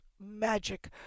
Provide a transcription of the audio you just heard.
Magic